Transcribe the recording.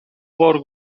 بار